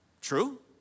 True